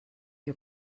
die